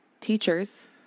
teachers